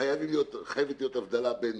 שחייבת להיות הבדלה בין